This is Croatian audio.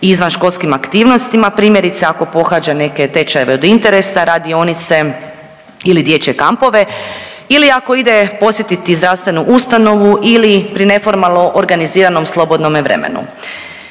izvan školskim aktivnostima, primjerice ako pohađa neke tečajeve od interesa, radionice ili dječje kampove ili ako ide posjetiti zdravstvenu ustanovu ili pri neformalno organiziranom slobodnome vremenu.